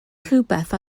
rhywbeth